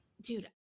dude